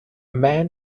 man